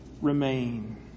remain